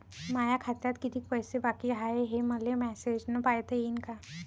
माया खात्यात कितीक पैसे बाकी हाय, हे मले मॅसेजन पायता येईन का?